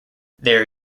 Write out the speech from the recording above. there